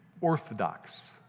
orthodox